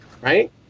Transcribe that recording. right